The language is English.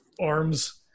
arms